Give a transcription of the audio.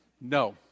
no